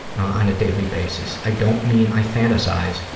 on a daily basis. i don't mean i fantasize.